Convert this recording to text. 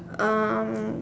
um